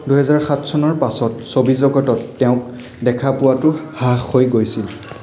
দুহেজাৰ সাত চনৰ পাছত ছবি জগতত তেওঁক দেখা পোৱাটো হ্ৰাস হৈ গৈছিল